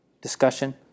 Discussion